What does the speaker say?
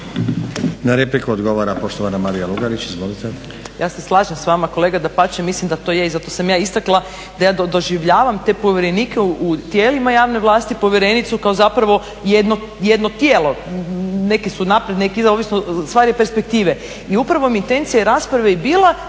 Na repliku odgovara poštovana Marija Lugarić. Izvolite. **Lugarić, Marija (SDP)** Ja se slažem s vama kolega dapače mislim da to je i zato sam ja istakla da ja doživljavam te povjerenike u tijelima javne vlasti, povjerenicu kao jedno tijelo neki su najprije, stvar je perspektive. I upravo mi je intencija rasprave i bila